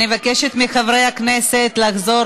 אני מבקשת מחברי הכנסת לחזור